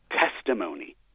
testimony